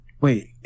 Wait